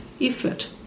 effort